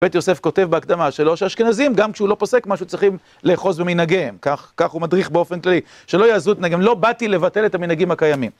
בית יוסף כותב בהקדמה שלו שאשכנזים, גם כשהוא לא פוסק משהו, צריכים לאחוז במנהגיהם, כך הוא מדריך באופן כללי, שלא יעזבו את מנהגיהם, לא באתי לבטל את המנהגים הקיימים.